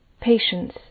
patience